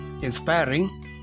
inspiring